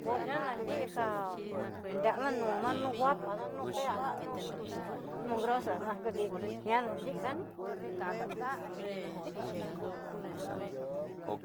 Koche nanijan inndiana nuna no'o guapa na fea na'a nuu mugrosa jan kudii ña'a diani, jajaja.